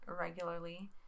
regularly